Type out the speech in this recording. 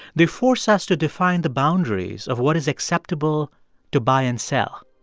they force us to define the boundaries of what is acceptable to buy and sell.